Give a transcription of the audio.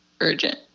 urgent